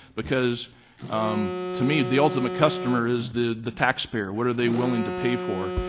because to me the ultimate customer is the the taxpayer, what are they willing to pay for.